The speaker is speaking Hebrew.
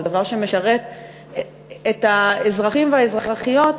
משרת את האזרחים והאזרחיות,